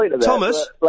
Thomas